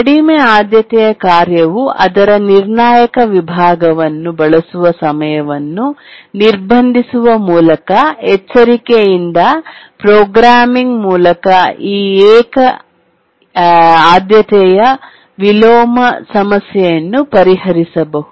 ಕಡಿಮೆ ಆದ್ಯತೆಯ ಕಾರ್ಯವು ಅದರ ನಿರ್ಣಾಯಕ ವಿಭಾಗವನ್ನು ಬಳಸುವ ಸಮಯವನ್ನು ನಿರ್ಬಂಧಿಸುವ ಮೂಲಕ ಎಚ್ಚರಿಕೆಯಿಂದ ಪ್ರೋಗ್ರಾಮಿಂಗ್ ಮೂಲಕ ಈ ಏಕ ಆದ್ಯತೆಯ ವಿಲೋಮ ಸಮಸ್ಯೆಯನ್ನು ಪರಿಹರಿಸಬಹುದು